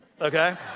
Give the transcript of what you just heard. okay